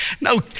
No